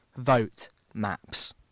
VoteMaps